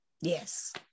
Yes